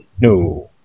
No